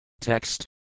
Text